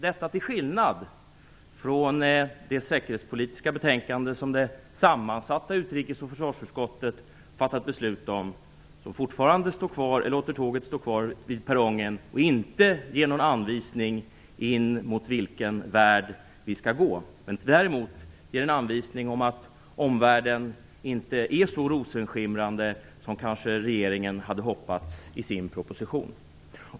Detta skiljer sig från det säkerhetspolitiska betänkande som det sammansatta utrikes och försvarsutskottet har fattat beslut om. Detta utskott låter fortfarande tåget stå kvar vid perrongen och ger inte någon anvisning om mot vilken värld vi skall gå. Men däremot ger det en anvisning om att omvärlden inte är så rosenskimrande som regeringen kanske hade hoppats i sin proposition.